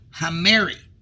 hameri